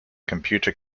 computer